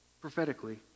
prophetically